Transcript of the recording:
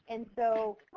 and so,